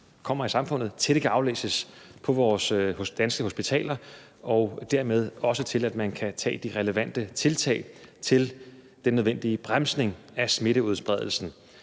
kommer i samfundet, til at det kan aflæses på vores danske hospitaler, og dermed også til at man kan tage de relevante tiltag til at lave den nødvendige bremsning af smitteudbredelsen.